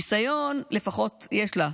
ניסיון לפחות יש לה,